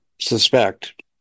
suspect